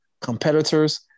competitors –